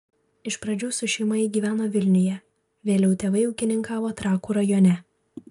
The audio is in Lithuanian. iš pradžių su šeima ji gyveno vilniuje vėliau tėvai ūkininkavo trakų rajone